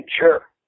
Sure